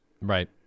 Right